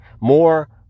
more